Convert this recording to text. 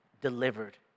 delivered